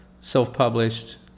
self-published